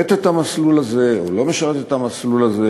את המסלול הזה או לא משרת את המסלול הזה?